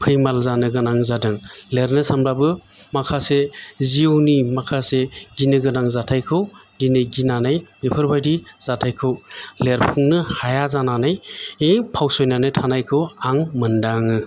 फैमाल जानो गोनां जादों लिरनो सानब्लाबो माखासे जिउनि माखासे गिनो गोनां जाथाइखौ दिनै गिनानै बिफोरबायदि जाथाइखौ लिरफुंनो हाया जानानै फावसायनानै थानायखौ आं मोन्दाङो